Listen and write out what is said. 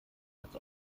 als